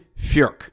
Furk